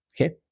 Okay